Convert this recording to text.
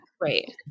Right